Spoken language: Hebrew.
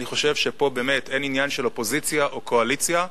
אני חושב שפה באמת אין עניין של אופוזיציה או קואליציה,